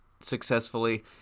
successfully